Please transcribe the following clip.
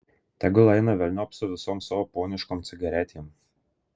tegul eina velniop su visom savo poniškom cigaretėm